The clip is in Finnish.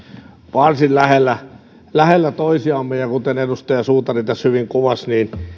varsin lähellä lähellä toisiamme ja kuten edustaja suutari tässä hyvin kuvasi